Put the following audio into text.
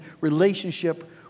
relationship